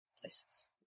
places